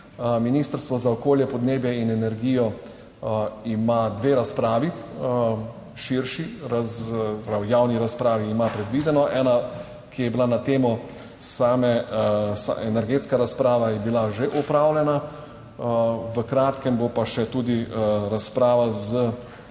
Ministrstvo za okolje, podnebje in energijo ima dve razpravi, širši, se pravi v javni razpravi ima predvideno ena, ki je bila na temo same, energetska razprava je bila že opravljena, v kratkem bo pa še tudi razprava s